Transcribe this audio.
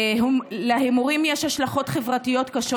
להימורים יש השלכות חברתיות קשות,